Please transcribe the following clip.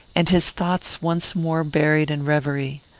and his thoughts once more buried in reverie.